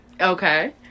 Okay